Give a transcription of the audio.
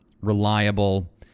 reliable